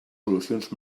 solucions